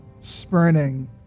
spurning